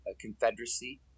Confederacy